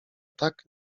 tak